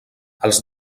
els